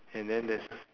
and then there's